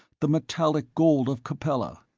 the metallic gold of capella,